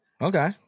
Okay